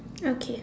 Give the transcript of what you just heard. okay